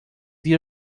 dia